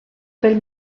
pel